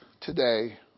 today